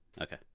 okay